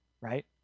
right